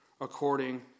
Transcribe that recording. according